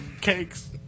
cakes